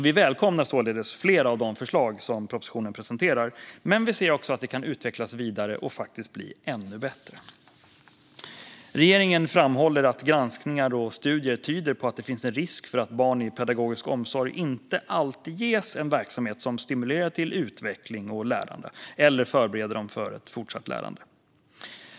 Vi välkomnar således flera av de förslag som propositionen presenterar, men vi ser också att de kan utvecklas vidare och faktiskt bli ännu bättre. Regeringen framhåller att granskningar och studier tyder på att det finns en risk att barn i pedagogisk omsorg inte alltid ges en verksamhet som stimulerar till utveckling och lärande - eller förbereder dem för ett fortsatt lärande.